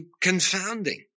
confounding